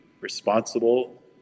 responsible